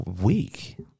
week